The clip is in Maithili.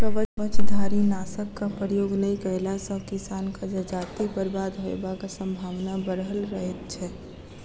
कवचधारीनाशकक प्रयोग नै कएला सॅ किसानक जजाति बर्बाद होयबाक संभावना बढ़ल रहैत छै